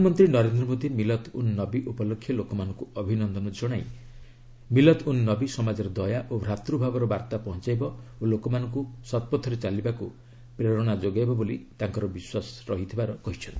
ପ୍ରଧାନମନ୍ତ୍ରୀ ନରେନ୍ଦ୍ର ମୋଦୀ ମିଲଦ୍ ଉନ୍ ନବୀ ଉପଲକ୍ଷେ ଲୋକମାନଙ୍କୁ ଅଭିନନ୍ଦନ ଜଣାଇ କହିଛନ୍ତି ମିଲଦ୍ ଉନ୍ ନବୀ ସମାଜରେ ଦୟା ଓ ଭ୍ରାତୂଭାବର ବାର୍ତ୍ତା ପହଞ୍ଚାଇବ ଓ ଲୋକମାନଙ୍କୁ ଶତପଥରେ ଚାଲିବାକୁ ପ୍ରେରଣା ଯୋଗାଇବ ବୋଲି ତାଙ୍କର ବିଶ୍ୱାସ ରହିଛି